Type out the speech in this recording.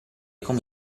come